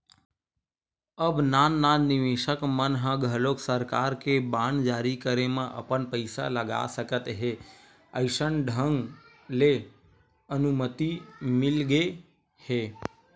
अब नान नान निवेसक मन ह घलोक सरकार के बांड जारी करे म अपन पइसा लगा सकत हे अइसन ढंग ले अनुमति मिलगे हे